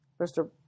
Mr